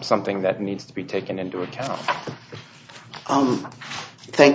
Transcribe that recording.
something that needs to be taken into account thank